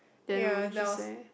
then what would you say